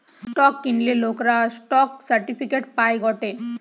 stock কিনলে লোকরা stock certificate পায় গটে